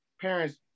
parents